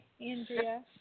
Andrea